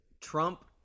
Trump